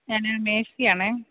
ഞാന് മേഴ്സി ആണേ